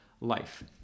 life